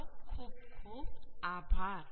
તમારો ખૂબ ખૂબ આભાર